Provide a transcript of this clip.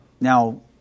Now